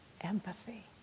empathy